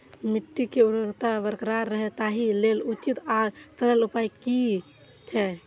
मिट्टी के उर्वरकता बरकरार रहे ताहि लेल उचित आर सरल उपाय कथी छे?